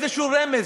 לאיזשהו רמז,